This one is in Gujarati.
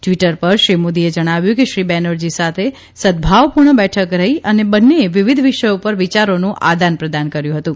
ટ્વીટર પર શ્રી મોદીએ જણાવ્યું કે શ્રી બેનરજી સાથે સદભાવપૂર્ણ બેઠક રહી અને બંનેએ વિવિધ વિષયો પર વિચારોનું આદાનપ્રધાન કર્યું હતું